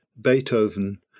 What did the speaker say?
Beethoven